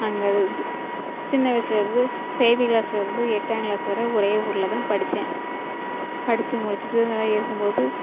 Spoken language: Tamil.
அங்கே சி சின்ன வயசிலேருந்து பேபி கிளாஸ்லிருந்து எட்டாம் கிளாஸ் வரை ஒரே ஊரில் தான் படித்தேன் படித்து முடிச்சுட்டு நல்லா இருக்கும் போது